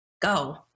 Go